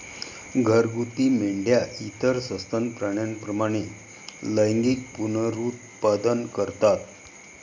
घरगुती मेंढ्या इतर सस्तन प्राण्यांप्रमाणे लैंगिक पुनरुत्पादन करतात